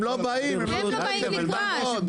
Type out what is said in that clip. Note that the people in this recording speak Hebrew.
הם לא באים לקראת.